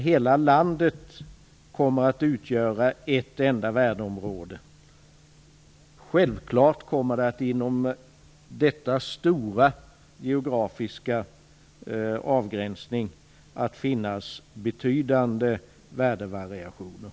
Hela landet kommer att utgöra ett enda värdeområde. Självfallet kommer det att inom detta geografiskt stora område finnas betydande värdevariationer.